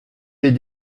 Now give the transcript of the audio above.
les